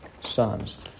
sons